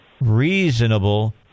reasonable